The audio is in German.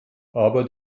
aber